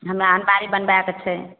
हमरा अनमारी बनबाएके छै